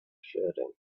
sharing